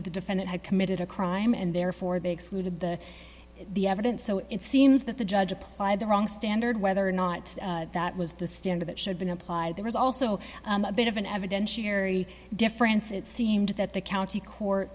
that the defendant had committed a crime and therefore they excluded the the evidence so it seems that the judge applied the wrong standard whether or not that was the standard that should been applied there was also a bit of an evidentiary difference it seemed that the county court